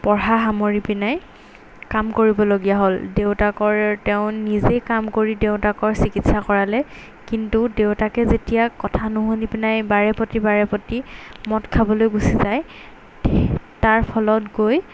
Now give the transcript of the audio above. পঢ়া সামৰি পিনাই কাম কৰিবলগীয়া হ'ল দেউতাকৰ তেওঁ নিজেই কাম কৰি দেউতাকৰ চিকিৎসা কৰালে কিন্তু দেউতাকে যেতিয়া কথা নুশুনি পিনে বাৰে প্ৰতি বাৰে প্ৰতি মদ খাবলৈ গুচি যায় তাৰ ফলত গৈ